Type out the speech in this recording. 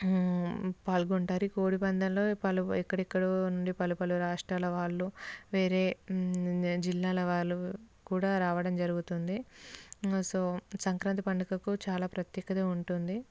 పాల్గొంటారు ఈ కోడిపందంలో పలు ఎక్కడెక్కడ నుండి పలు పలు రాష్ట్రాల వాళ్ళు వేరే జిల్లాల వాళ్ళు కూడా రావడం జరుగుతుంది సో సంక్రాంతి పండుగకు చాలా ప్రత్యేకత ఉంటుంది